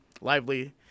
lively